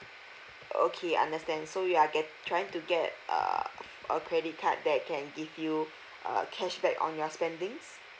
okay understand so you are get trying to get err a credit card that can give you uh cashback on your spendings